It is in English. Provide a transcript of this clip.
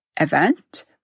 event